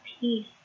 peace